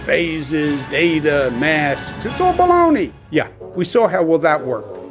phase is data mass baloney. yeah, we saw. how will that work?